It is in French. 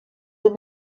eaux